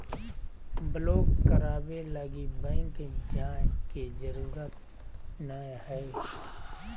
block कराबे लगी bank जाय के जरूरत नयय हइ